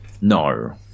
No